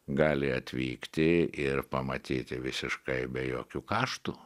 gali atvykti ir pamatyti visiškai be jokių kaštų